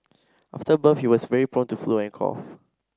after birth he was very prone to flu and cough